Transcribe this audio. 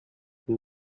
көн